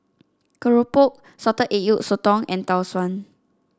Keropok Salted Egg Yolk Sotong and Tau Suan